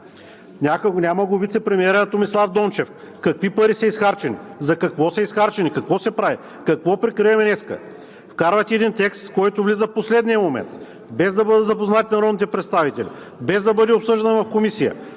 Няма го вицепремиера Томислав Дончев, какви пари са изхарчени, за какво са изхарчени, какво се прави, какво прикриваме днес? Вкарвате един текст, който влиза в последния момент, без да бъдат запознати народните представители, без да бъде обсъждано в комисия,